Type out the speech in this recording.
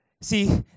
See